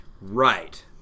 Right